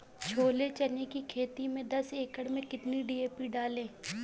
छोले चने की खेती में दस एकड़ में कितनी डी.पी डालें?